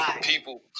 people